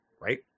right